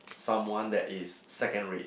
someone that is second rate